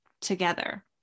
together